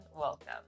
welcome